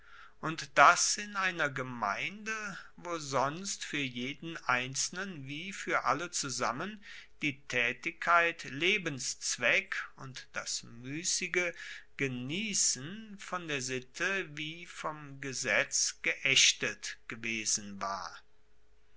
und das in einer gemeinde wo sonst fuer jeden einzelnen wie fuer alle zusammen die taetigkeit lebenszweck und das muessige geniefeen von der sitte wie vom gesetz geaechtet gewesen war